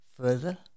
further